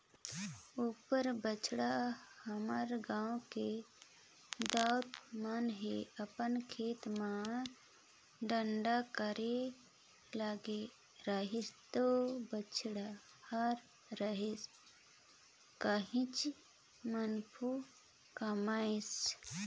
पउर बच्छर हमर गांव के दाऊ मन ह अपन खेत म डांड़े केरा लगाय रहिस त बड़िहा होय रहिस काहेच मुनाफा कमाइस